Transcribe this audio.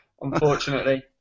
unfortunately